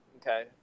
okay